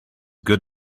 good